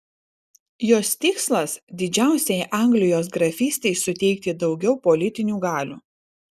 jos tikslas didžiausiai anglijos grafystei suteikti daugiau politinių galių